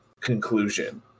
conclusion